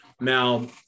Now